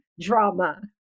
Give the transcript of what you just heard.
drama